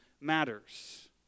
matters